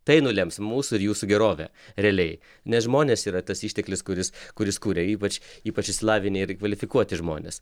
tai nulems mūsų ir jūsų gerovę realiai nes žmonės yra tas išteklis kuris kuris kuria ypač ypač išsilavinę ir kvalifikuoti žmonės